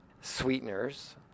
sweeteners